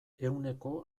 ehuneko